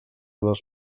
les